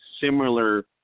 similar